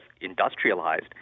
industrialized